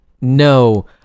No